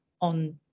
on